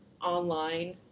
online